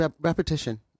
repetition